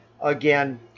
again